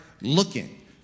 looking